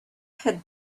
had